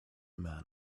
man